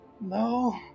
No